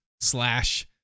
slash